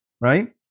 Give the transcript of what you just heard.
right